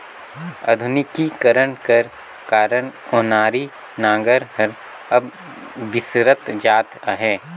आधुनिकीकरन कर कारन ओनारी नांगर हर अब बिसरत जात अहे